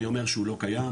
אני אומר שהוא לא קיים,